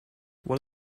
what